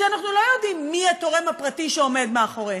שאנחנו לא יודעים מי התורם הפרטי שעומד מאחוריהן.